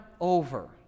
over